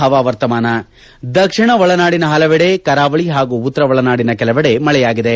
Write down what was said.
ಹವಾವರ್ತಮಾನ ದಕ್ಷಿಣ ಒಳನಾಡಿನ ಪಲವೆಡೆ ಕರಾವಳಿ ಹಾಗೂ ಉತ್ತರ ಒಳನಾಡಿನ ಕೆಲವೆಡೆ ಮಳೆಯಾಗಿದೆ